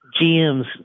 GMs